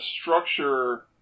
structure